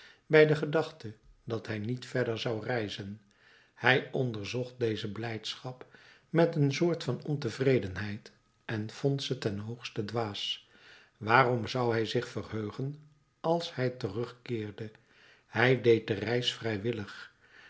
bij de gedachte dat hij niet verder zou reizen hij onderzocht deze blijdschap met een soort van ontevredenheid en vond ze ten hoogste dwaas waarom zou hij zich verheugen als hij terugkeerde hij deed de reis vrijwillig